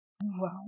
Wow